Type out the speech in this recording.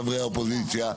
חברי האופוזיציה,